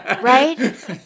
Right